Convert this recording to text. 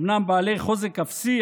אומנם בעלי חוזק אפסי,